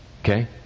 Okay